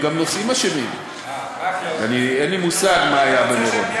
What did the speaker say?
אבל לצערי הרב אני לא רואה אור בקצה המנהרה.